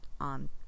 on